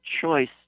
choice